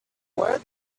where